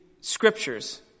scriptures